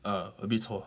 uh a bit 臭 ah